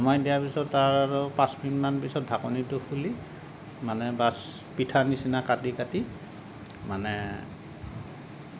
নমাই দিয়াৰ পিছত তাৰ আৰু পাঁচ মিনিট মান পিছত ঢাকনিটো খুলি মানে বচ্ পিঠাৰ নিচিনা কাটি কাটি মানে